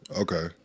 Okay